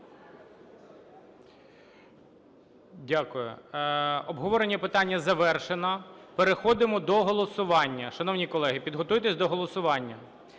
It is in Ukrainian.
Дякую. Обговорення питання завершено. Переходимо до голосування. Шановні колеги, підготуйтеся до голосування.